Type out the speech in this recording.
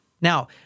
Now